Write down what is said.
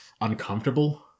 uncomfortable